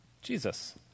Jesus